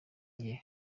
rye